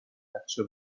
بچه